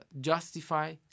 justify